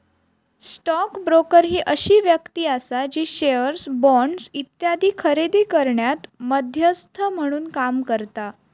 stock broker ही अशी व्यक्ती आसा जी शेअर्स, बॉण्ड्स इत्यादी खरेदी करण्यात मध्यस्थ म्हणून काम करता